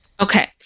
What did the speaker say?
Okay